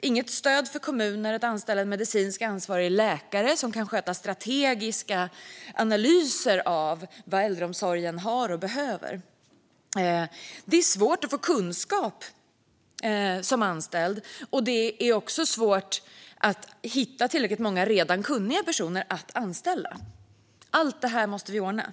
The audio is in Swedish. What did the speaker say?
inget stöd för kommuner att anställa en medicinskt ansvarig läkare som kan sköta strategiska analyser av vad äldreomsorgen har och behöver. Det är som anställd svårt att få kunskap, och det är också svårt att hitta tillräckligt många redan kunniga personer att anställa. Allt detta måste vi ordna.